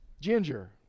Ginger